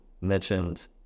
mentioned